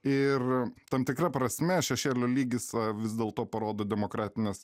ir tam tikra prasme šešėlio lygis vis dėlto parodo demokratinės